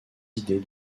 idées